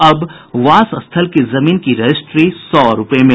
अब वास स्थल की जमीन की रजिस्ट्री सौ रूपये में